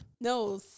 No